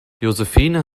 josephine